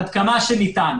עד כמה שניתן.